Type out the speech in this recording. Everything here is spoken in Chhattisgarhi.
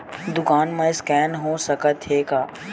दुकान मा स्कैन हो सकत हे का?